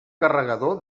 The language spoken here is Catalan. carregador